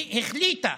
היא החליטה